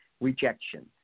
rejection